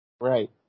Right